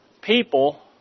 people